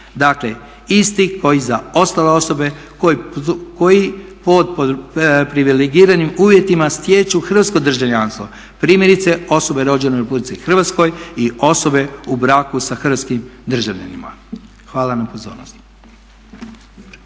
Dakle isti kao i za ostale osobe koje pod privilegiranim uvjetima stječu hrvatsko državljanstvo, primjerice osobe rođene u Republici Hrvatskoj i osobe u braku sa hrvatskim državljanima. Hvala na pozornosti.